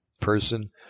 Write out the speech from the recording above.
person